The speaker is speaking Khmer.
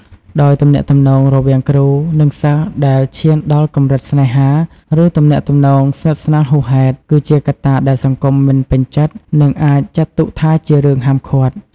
ដោយទំនាក់ទំនងរវាងគ្រូ និងសិស្សដែលឈានដល់កម្រិតស្នេហា ឬទំនាក់ទំនងស្និទ្ធស្នាលហួសហេតុ គឺជាកត្តាដែលសង្គមមិនពេញចិត្ត និងអាចចាត់ទុកថាជារឿងហាមឃាត់។